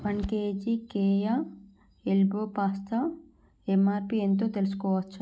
one KG Keya elbow pasta MRP ఎంతో తెలుసుకోవచ్చా